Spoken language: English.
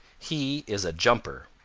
he is a jumper.